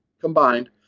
combined